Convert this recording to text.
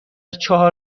چهار